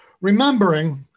Remembering